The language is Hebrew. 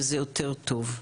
וזה יותר טוב.